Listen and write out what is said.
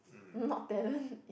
not talent